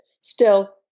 Still